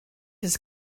his